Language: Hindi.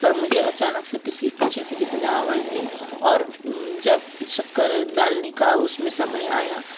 पर मुझे अचानक से पीछे से किसी ने आवाज दी और जब शक्कर डालने का उसमें समय आया